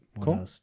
Cool